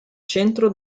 centro